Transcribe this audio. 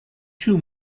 two